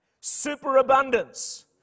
superabundance